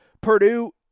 Purdue